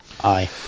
aye